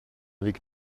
avec